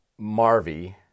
Marvy